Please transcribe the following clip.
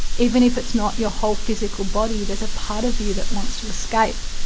even if it's not your whole physical body, there's a part of you that wants to escape.